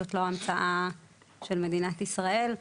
זאת לא המצאה של מדינת ישראל,